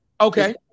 Okay